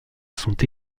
sont